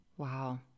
Wow